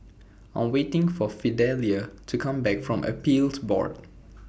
I Am waiting For Fidelia to Come Back from Appeals Board